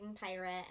pirate